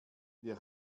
wir